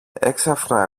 έξαφνα